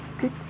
good